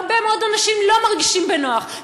הרבה מאוד אנשים לא מרגישים בו בנוח,